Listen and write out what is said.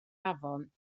afon